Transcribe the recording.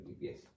Yes